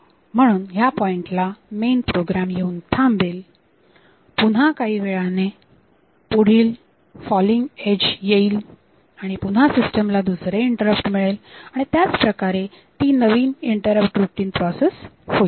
म्हणून ह्या पॉइंटला मेन प्रोग्राम येऊन थांबेल पुन्हा काही वेळाने पुढील फॉलिंग एज येईल आणि पुन्हा सिस्टमला दुसरे इंटरप्ट मिळेल आणि त्याच प्रकारे ती नवीन इंटरप्ट रुटीन प्रोसेस होईल